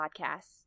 Podcasts